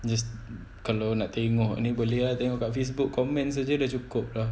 just kalau nak tengok ni boleh lah tengok kat Facebook comments jer dah cukup dah